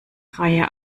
reihe